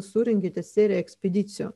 surengėte serija ekspedicijų